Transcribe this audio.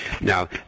now